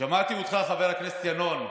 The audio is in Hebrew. שמעתי אותך, חבר הכנסת יָנוֹן.